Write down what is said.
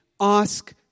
ask